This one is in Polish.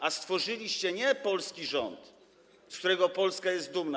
A stworzyliście nie polski rząd, z którego Polska jest dumna.